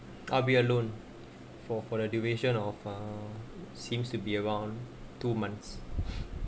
I'll be alone for for the duration of a seems to be around two months